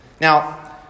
Now